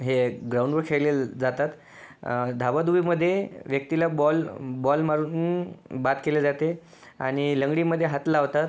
हे ग्राऊंडवर खेळले जातात धाबाधूबीमध्ये व्यक्तीला बॉल बॉल मारून बाद केले जाते आणि लंगडीमध्ये हात लावतात